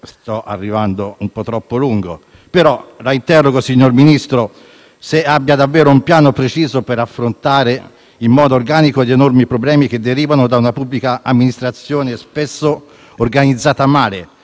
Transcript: noi servono da subito. Le chiedo, signor Ministro, se abbia davvero un piano preciso per affrontare in modo organico gli enormi problemi che derivano da una pubblica amministrazione spesso organizzata male,